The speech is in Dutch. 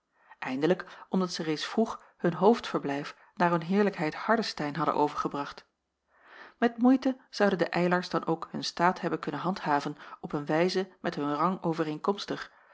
eindelijk omdat zij reeds vroeg hun hoofdverblijf naar hun heerlijkheid hardestein hadden overgebracht met moeite zouden de eylars dan ook hun staat hebben kunnen handhaven op een wijze met hun rang overeenkomstig